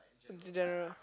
in general